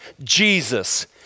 Jesus